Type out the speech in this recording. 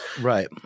Right